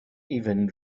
even